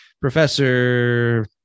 professor